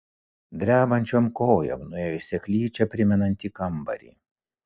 drebančiom kojom nuėjo į seklyčią primenantį kambarį